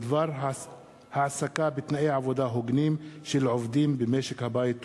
בדבר העסקה בתנאי עבודה הוגנים של עובדים במשק-הבית.